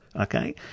okay